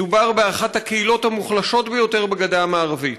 מדובר באחת הקהילות המוחלשות ביותר בגדה המערבית,